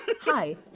Hi